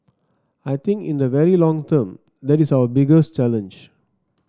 I think in the very long term that is our biggest challenge